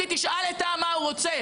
פעם בברק.